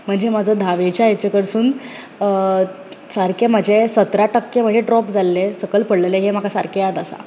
म्हणजे म्हाजो धावेच्या हेच्या कडसून सारके म्हजे सतरा टक्के म्हजें ड्रॉप जाल्ले सकल पडलेले हे म्हाका सारके याद आसा